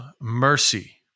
mercy